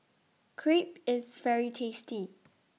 Crepe IS very tasty